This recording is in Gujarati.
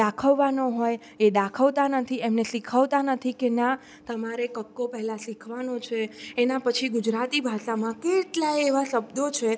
દાખવવાનો હોય એ દાખવતા નથી એમણે શીખવતા નથી કે ના તમારે કક્કો પહેલાં શીખવવાનું છે એના પછી ગુજરાતી ભાષામાં કેટલાય એવા શબ્દો છે